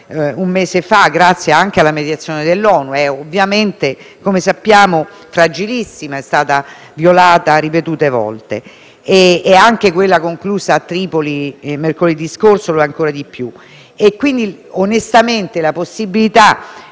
grazie anche alla mediazione dell'ONU, come sappiamo, è fragilissima ed è stata violata ripetute volte; quella conclusa a Tripoli mercoledì scorso lo è ancora di più.